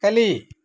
ಕಲಿ